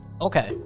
Okay